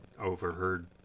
overheard